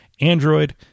Android